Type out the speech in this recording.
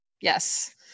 yes